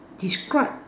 describe